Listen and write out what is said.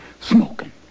smoking